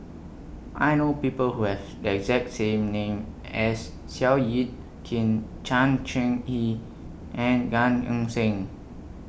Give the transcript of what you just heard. I know People Who Have The exact same name as Seow Yit Kin Chan Chee He and Gan Eng Seng